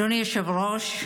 אדוני היושב-ראש,